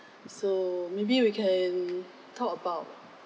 so maybe we can talk about